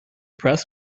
press